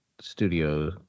studio